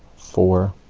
four